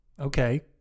Okay